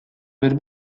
per